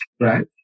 Right